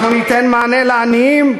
אנחנו ניתן מענה לעניים,